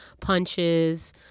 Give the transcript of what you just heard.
punches